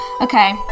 okay